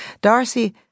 Darcy